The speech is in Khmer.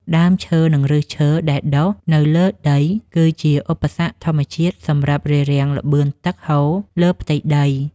ដើមឈើ និង ឫសឈើដែលដុះនៅលើដី គឺជាឧបសគ្គធម្មជាតិសម្រាប់រារាំងល្បឿនទឹកហូរលើផ្ទៃដី។